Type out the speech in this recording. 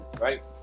right